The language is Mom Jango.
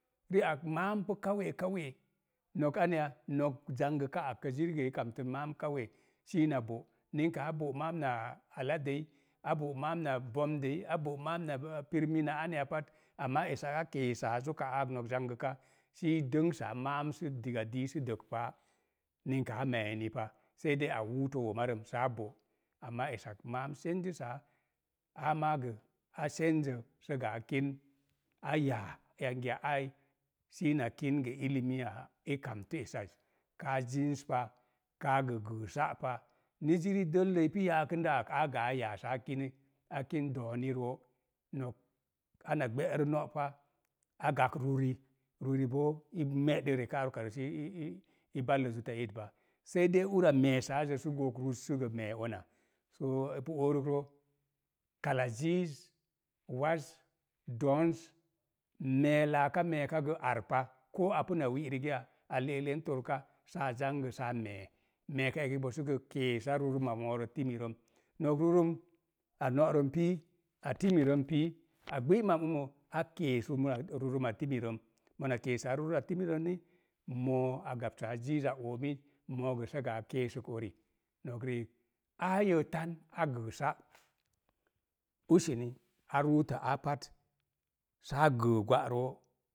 Ri'ak maampu karwe karwe, nok aneya, nok zangə kaa ak gə ziri gə, kamtən maam kawe sai zinii na bo. Ninka a bo’ maam na aladii, a bo’ maam na aneya pat, amaa esak a keesaa zok aak nok zangəka sii dənsaa maam sə digla dii sə dəg paa. Ninka a mee eni pa, sei dei a wuutə womarəm saa bo', amaa esak maam aa maa gə a sə gə a kin a yaa, yangiya ai siina kin gə i kamtu esaz kaa zins pa, kaa gə gəə sa’ pa. Ni ziri dəllə ipu yaakəndə ak, agə a yaa saa kini a kin dooni roo. nok ana gbe'rə no’ pa, a gak ruuri, ruuri boo i me'də reka ar wearə sii ii ballə zutta iit pa, sei dei ura meesaazə sə gok ruz sə gə mee una. Soo epu oorəkrə, kala ziiz, waz, doonz, mee laaka meeka gə arpa, koo apu na wi rigaya, a le'eklen torka saa zangə saa mee, meeka eki boo sə gə keesa ruurum a moonə timirəm. Nok ruurəm a no'rəm pii, a timirəm pii a gbi mam umo a kees rumra ruruma timirəm. mona keesaa rurəma tumirəm ni, moo a gab saa ziiza omiz, moo gə sə gə a keesək uri. Nok riik ayə tan gə sa', useni a ruutə aa pat saa gəə gwa'roo